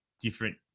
different